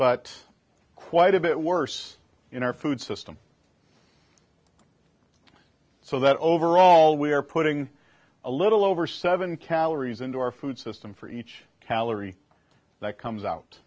but quite a bit worse in our food system so that overall we are putting a little over seven calories into our food system for each calorie that comes out